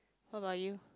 what about you